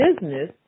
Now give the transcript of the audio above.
business